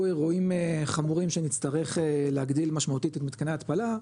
אירועים חמורים שנצטרך להגדיל משמעותית את מתקני ההתפלה,